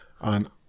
on